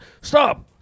Stop